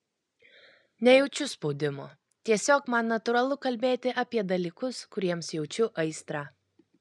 nejaučiu spaudimo tiesiog man natūralu kalbėti apie dalykus kuriems jaučiu aistrą